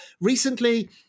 Recently